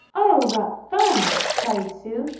oh, what fun! cried sue.